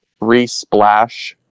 re-splash